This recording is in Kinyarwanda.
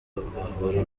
bahura